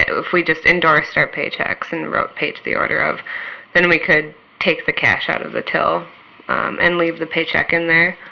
if we just endorsed our paycheques and wrote paid to the order of then we could take the cash out of the till um and leave the pay cheque in there,